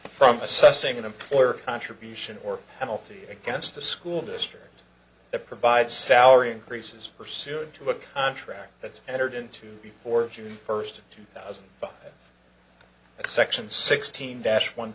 from assessing an employer contribution or a multi against a school district that provides salary increases pursuant to a contract that's entered into before june first two thousand by a section sixteen dash one